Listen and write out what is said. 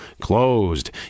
Closed